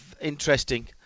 Interesting